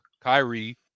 Kyrie